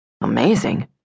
Amazing